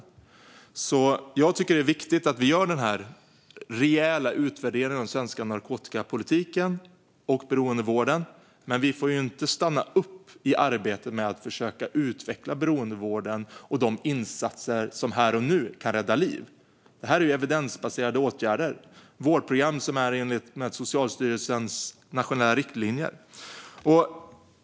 Därför tycker jag att det är viktigt att vi gör den här rejäla utvärderingen av den svenska narkotikapolitiken och beroendevården. Men vi får inte stanna upp i arbetet med att försöka utveckla beroendevården och de insatser som här och nu kan rädda liv. Detta är evidensbaserade åtgärder, vårdprogram som är i enlighet med Socialstyrelsens nationella riktlinjer.